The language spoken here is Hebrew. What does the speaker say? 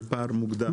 על פער מוגדר.